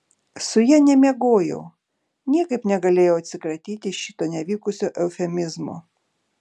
su ja nemiegojau niekaip negalėjau atsikratyti šito nevykusio eufemizmo